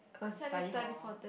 cause study for